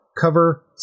cover